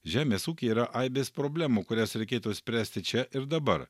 žemės ūky yra aibės problemų kurias reikėtų spręsti čia ir dabar